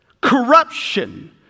Corruption